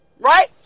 right